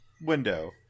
window